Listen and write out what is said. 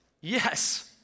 Yes